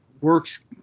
works